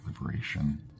Liberation